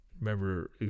remember